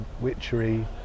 witchery